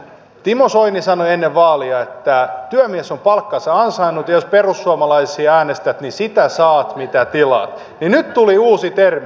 timo soini sanoi ennen vaaleja että työmies on palkkansa ansainnut ja että jos perussuomalaisia äänestät niin sitä saat mitä tilaat ja nyt tuli uusi termi